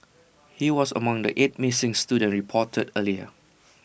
he was among the eight missing students reported earlier